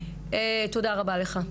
רבה לך.